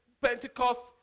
Pentecost